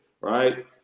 right